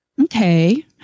Okay